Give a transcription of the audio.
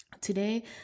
Today